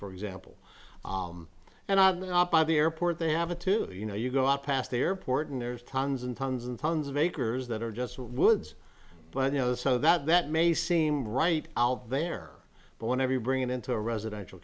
for example and by the airport they have a two you know you go up past the airport and there's tons and tons and tons of acres that are just woods but you know so that that may seem right out there but whenever you bring it into a residential